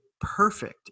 perfect